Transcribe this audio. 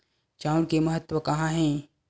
चांउर के महत्व कहां हे?